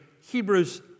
Hebrews